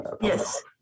Yes